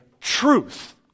truth